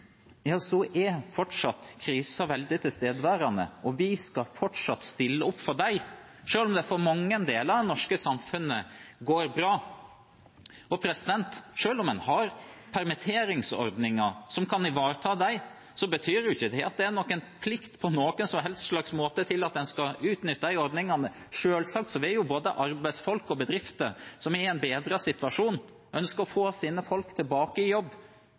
det er i taxfree, renhold eller andre stillinger – er krisen fortsatt veldig tilstedeværende. Vi skal fortsatt stille opp for dem, selv om det for mange deler av det norske samfunnet går bra. Selv om en har permitteringsordninger som kan ivareta dem, betyr ikke det at en på noen som helst slags måte har en plikt til å utnytte de ordningene. Selvsagt vil både arbeidsfolk og bedrifter som er i en bedret situasjon, ønske å få sine folk tilbake i jobb,